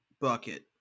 bucket